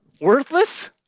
Worthless